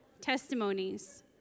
Testimonies